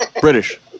British